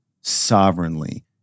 sovereignly